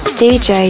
dj